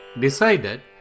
decided